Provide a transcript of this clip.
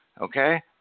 Okay